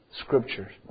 scriptures